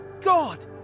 god